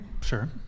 Sure